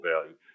value